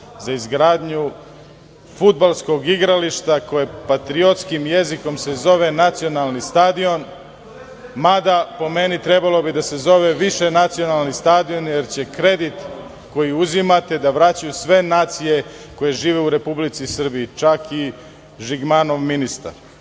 za izgradnju fudbalskog igrališta koje se patriotskim jezikom zove nacionalni stadion, mada, po meni, trebalo bi da se zove višenacionalni stadion, jer će kredit koji uzimate da vraćaju sve nacije koje žive u Republici Srbiji, čak i Žigmanov ministar.